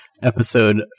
episode